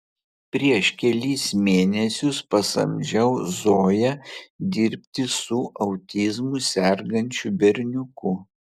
prieš kelis mėnesius pasamdžiau zoją dirbti su autizmu sergančiu berniuku